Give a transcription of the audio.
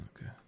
Okay